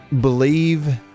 believe